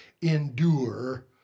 Endure